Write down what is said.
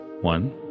One